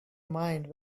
mind